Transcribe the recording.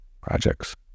projects